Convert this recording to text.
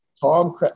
tom